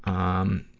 um,